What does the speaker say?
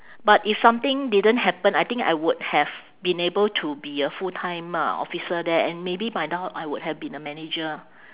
but if something didn't happen I think I would have been able to be a full-time uh officer there and maybe by now I would have been a manager